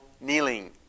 kneeling